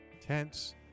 Tense